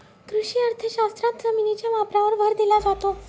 कृषी अर्थशास्त्रात जमिनीच्या वापरावर भर दिला जातो